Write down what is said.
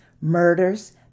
murders